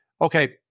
okay